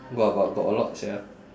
got got got a lot sia